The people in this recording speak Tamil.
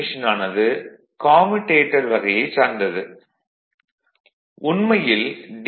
மெஷின் ஆனது கம்யூடேட்டர் வகையைச் சார்ந்தது உண்மையில் டி